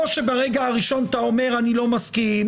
או ברגע הראשון אתה אומר אני לא מסכים,